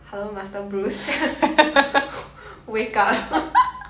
hello master bruce wake up